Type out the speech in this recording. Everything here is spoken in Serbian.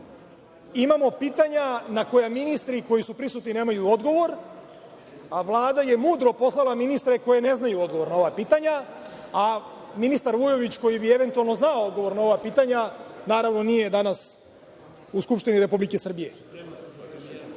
imamo pitanja na koji ministri koji su prisutni nemaju odgovor, a Vlada je mudro poslala ministre koje ne znaju odgovor na ova pitanja, a ministar Vujović, koji bi eventualno znao odgovor na ova pitanja, naravno nije danas u Skupštini Republike Srbije. Toliko